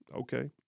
Okay